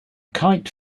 kite